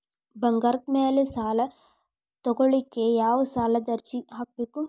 ಬಂಗಾರದ ಮ್ಯಾಲೆ ಸಾಲಾ ತಗೋಳಿಕ್ಕೆ ಯಾವ ಸಾಲದ ಅರ್ಜಿ ಹಾಕ್ಬೇಕು?